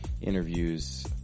interviews